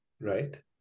right